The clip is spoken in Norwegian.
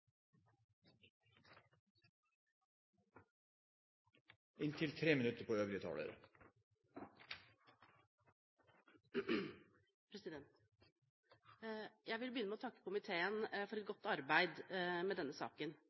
Jeg vil begynne med å takke komiteen for et godt arbeid med denne saken.